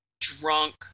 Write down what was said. Drunk